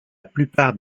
plupart